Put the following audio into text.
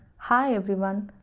hi everyone,